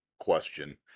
question